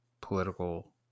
political